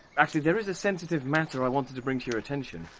actually, there is a sensitive matter i wanted to bring to your attention.